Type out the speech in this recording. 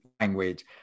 language